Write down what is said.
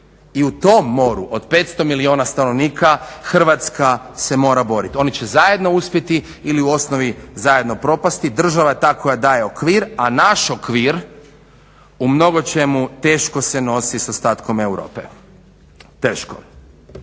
I u tom moru od 500 milijuna stanovnika Hrvatska se mora boriti. Oni će zajedno uspjeti ili u osnovi zajedno propasti, država je ta koja daje okvir, a naš okvir u mnogo čemu teško se nosi sa ostatkom Europe, teško.